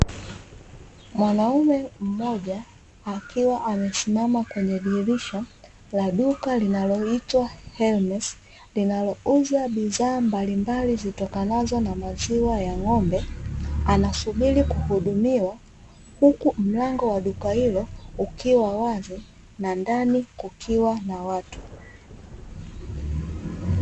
Mwanaume mmoja akiwa amesimama kwenye dirisha la duka linaloitwa "HERMES" linalouza bidhaa mbalimbali zitokanazo na maziwa ya ng'ombe, anasubiri kuhudumiwa huku mlango wa duka hilo ukiwa wazi na ndani kukiwa na watu.